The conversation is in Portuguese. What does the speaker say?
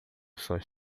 pessoas